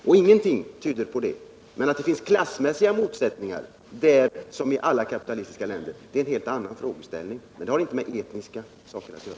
Att det där liksom i alla kapitalistiska länder finns klassmässiga motsättningar, det är en helt annan frågeställning, men det har inte med etniska motsättningar att göra.